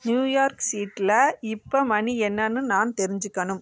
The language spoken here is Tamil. நியூயார்க் சிட்ல இப்போ மணி என்னன்னு நான் தெரிஞ்சிக்கணும்